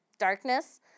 darkness